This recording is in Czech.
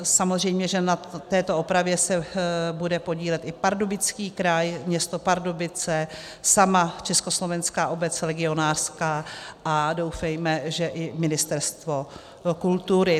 Samozřejmě že na této opravě se bude podílet i Pardubický kraj, město Pardubice, sama Československá obec legionářská a doufejme, že i Ministerstvo kultury.